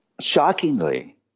shockingly